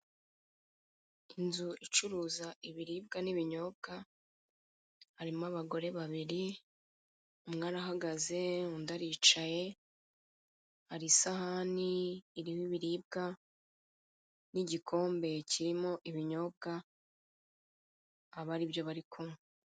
Inzu icuruza ibiribwa n'ibinyobwa, harimo abagore babiri umwe arahagaze undi aricaye, hari isahani irimo ibiribwa n'igikombe kirimo ibinyobwa aba ari byo bari kunywa.